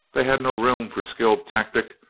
they had no room for skilled tactic,